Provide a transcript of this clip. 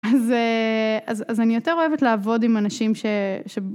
אז אני יותר אוהבת לעבוד עם אנשים ש...